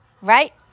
right